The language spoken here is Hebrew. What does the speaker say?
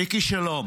מיקי, שלום,